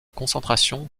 concentration